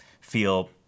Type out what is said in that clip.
feel